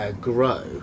grow